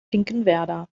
finkenwerder